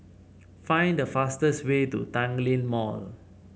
find the fastest way to Tanglin Mall